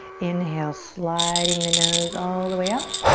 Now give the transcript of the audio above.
inhale, sliding the nose all the way up.